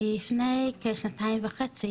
לפני כשנתיים וחצי